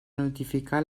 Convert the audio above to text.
notificar